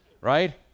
Right